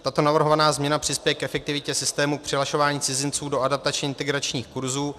Tato navrhovaná změna přispěje k efektivitě systému k přihlašování cizinců do adaptačně integračních kurzů.